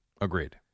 Agreed